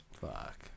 Fuck